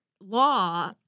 Law